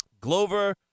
Glover